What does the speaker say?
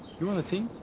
you're on the team?